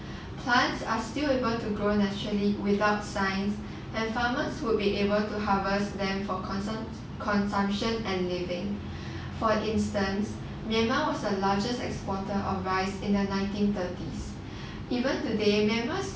plants are still able to grow naturally without science and farmers would be able to harvest them for consump~ consumption and living for instance myanmar was a largest exporter of rice in the nineteen thirties even today myanmar